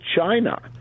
China